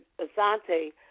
Asante